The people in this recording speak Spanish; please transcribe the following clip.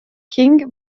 king